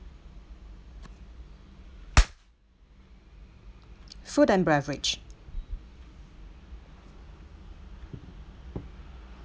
food and beverage